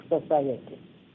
society